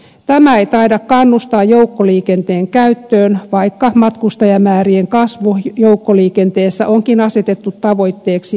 tämä ei taida kannustaa joukkoliikenteen käyttöön vaikka matkustajamäärien kasvu joukkoliikenteessä onkin asetettu tavoitteeksi hallitusohjelmassa